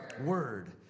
word